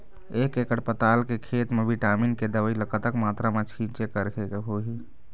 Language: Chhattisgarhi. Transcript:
एक एकड़ पताल के खेत मा विटामिन के दवई ला कतक मात्रा मा छीचें करके होही?